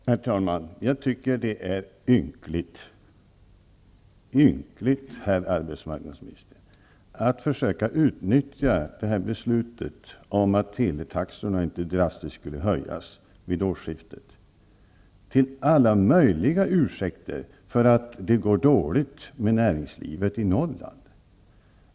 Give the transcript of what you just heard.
Herr talman! Jag tycker att det är ynkligt, herr arbetsmarknadsminister, att försöka använda beslutet om att teletaxorna inte skulle höjas drastiskt vid årsskiftet som ursäkt för att det går dåligt för näringslivet i Norrland.